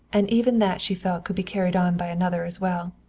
and even that she felt could be carried on by another as well.